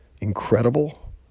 incredible